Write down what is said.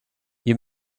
you